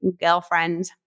girlfriend